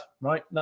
right